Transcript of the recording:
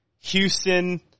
Houston